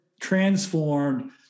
transformed